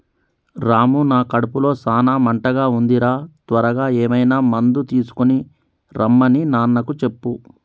రాము నా కడుపులో సాన మంటగా ఉంది రా త్వరగా ఏమైనా మందు తీసుకొనిరమన్ని నాన్నకు చెప్పు